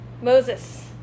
Moses